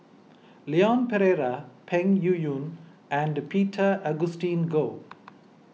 Leon Perera Peng Yuyun and Peter Augustine Goh